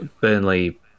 Burnley